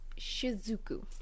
Shizuku